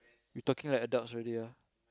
you talking like adults already ah